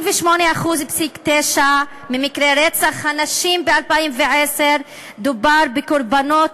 ב-88.9% ממקרי רצח הנשים ב-2010 דובר בקורבנות